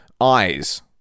eyes